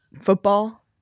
football